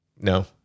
No